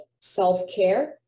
self-care